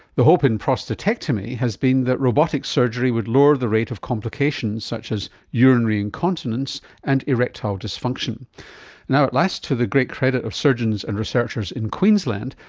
the hope in prostatectomy has been that robotic surgery would lower the rate of complications such as urinary incontinence and erectile dysfunction. and now at last to the great credit of surgeons and researchers in queensland,